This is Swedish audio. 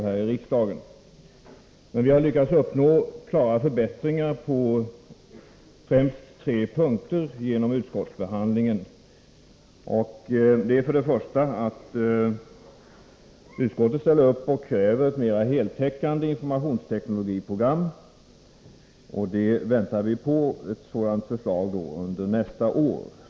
Men på främst tre punkter har vi lyckats uppnå klara förbättringar genom utskottsbehandlingen. För det första kräver utskottet ett mera heltäckande informationsteknologiskt program. Ett sådant förslag väntar vi under nästa år.